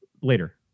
later